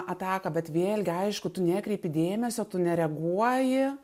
ataką bet vėlgi aišku tu nekreipi dėmesio tu nereaguoji